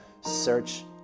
Search